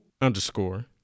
underscore